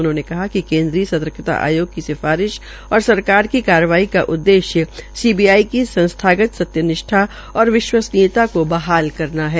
उन्होंने कहा कि संर्तकता आयोग की सिफारिश और सरकार की कार्रवाई का उद्देश्य सीबीआई की संसथागत सत्यनिष्ठा और विश्वसनीयता को बहाल करना है